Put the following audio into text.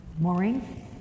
Maureen